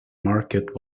market